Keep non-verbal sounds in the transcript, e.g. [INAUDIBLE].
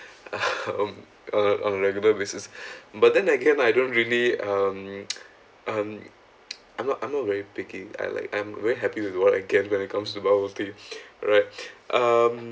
[LAUGHS] on on on regular basis [BREATH] but then again I don't really um [NOISE] um I'm not I'm not very picky I like I'm very happy with what I gain when it comes to bubble tea [BREATH] right [BREATH] um